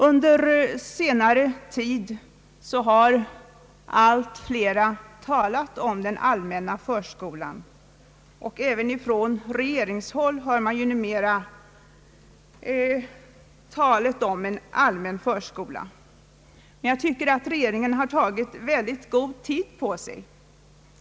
Under senare tid har allt flera talat om den allmänna förskolan, och även från regeringshåll hör man ju numera talet om en allmän förskola. Men jag tycker att regeringen har tagit väldigt god tid på sig.